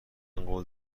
قول